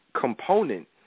component